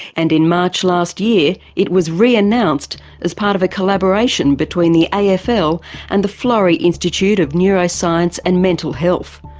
and in march last year it was re-announced as part of a collaboration between the afl so and the florey institute of neuroscience and mental health.